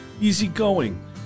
easygoing